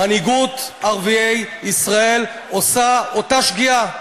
מנהיגות ערביי ישראל עושה אותה שגיאה: